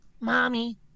mommy